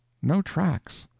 no tracks.